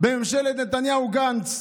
ממשלת נתניהו-גנץ,